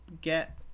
get